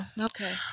okay